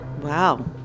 Wow